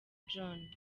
john